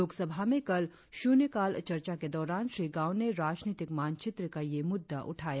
लोक सभा में कल शुन्यकाल चर्चा के दौरान श्री गांव ने राजनीतिक मानचित्र का यह मुद्दा उठाया